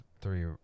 three